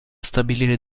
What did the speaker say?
stabilire